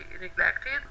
neglected